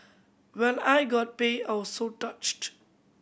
when I got pay I was so touched